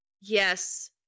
Yes